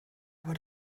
aber